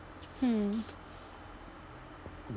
hmm